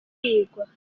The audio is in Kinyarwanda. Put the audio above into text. kwiga